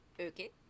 okay